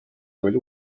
abil